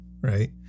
right